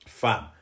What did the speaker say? Fan